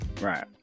Right